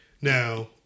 now